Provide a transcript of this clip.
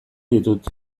ditut